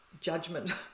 judgment